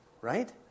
Right